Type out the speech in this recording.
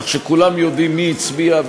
כך שכולם יודעים מי הצביע,